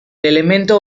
elemento